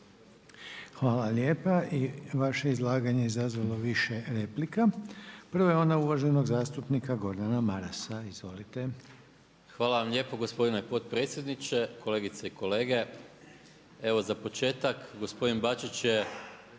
Hvala lijepa. I vaše izlaganje je izazvalo više replika. Prva je ona uvaženog zastupnika Gordana Marasa. Izvolite. **Maras, Gordan (SDP)** Hvala vam lijepo gospodine potpredsjedniče, kolegice i kolege. Evo za početak, gospodin Bačić je